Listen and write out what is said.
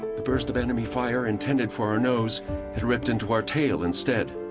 the burst of enemy fire intended for our nose had ripped into our tail instead.